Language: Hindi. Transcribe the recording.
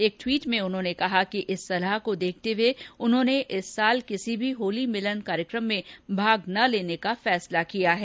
एक ट्वीट में उन्होंने कहा कि इस सलाह को देखते हुए उन्होंने इस वर्ष किसी भी होली मिलन कार्यक्रम में भाग न लेने का फैसला किया है